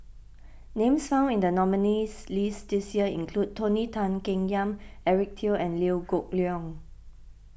names found in the nominees' list this year include Tony Tan Keng Yam Eric Teo and Liew Geok Leong